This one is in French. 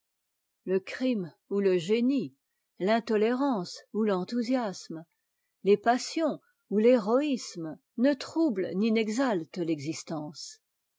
le crime ou le génie l'intolérance ou l'enthousiasme les passions ou l'héroïsme ne troublent ni n'exaltent l'existence